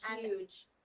huge